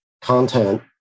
content